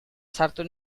sartu